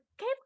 okay